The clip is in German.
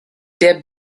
der